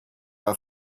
our